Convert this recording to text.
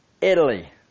Italy